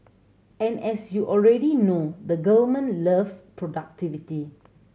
and as you already know the government loves productivity